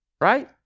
right